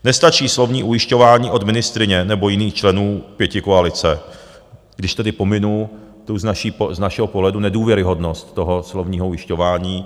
Nestačí slovní ujišťování od ministryně nebo jiných členů pětikoalice, když tedy pominu tu z našeho pohledu nedůvěryhodnost toho slovního ujišťování.